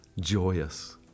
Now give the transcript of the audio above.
joyous